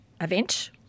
event